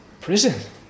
Prison